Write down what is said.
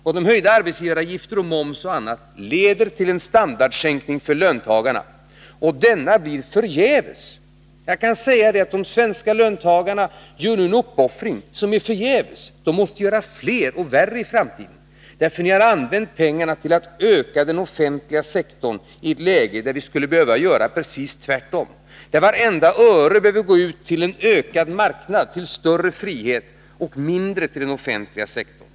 Och höjda arbetsgivaravgifter, moms och annat leder till en standardsänkning för löntagarna. De svenska löntagarna gör nu en uppoffring som är förgäves. De måste göra fler och värre uppoffringar i framtiden, för ni har använt pengarna till att öka den offentliga sektorn i ett läge där vi skulle behöva göra precis tvärtom, där vartenda öre behöver gå till en ökad marknad, till större frihet, och mindre bör gå till den offentliga sektorn.